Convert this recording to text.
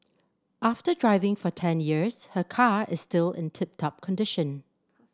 after driving for ten years her car is still in tip top condition